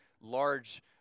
large